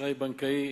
האשראי הבנקאי